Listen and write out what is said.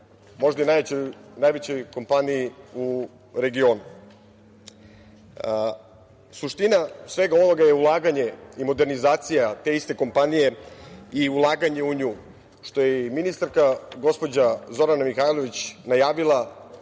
možda i najvećoj kompaniji u regionu. Suština svega ovog je ulaganje i modernizacija te iste kompanije i ulaganje u nju, što je i ministarka, gospođa Zorana Mihajlović najavila